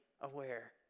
aware